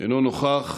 אינו נוכח,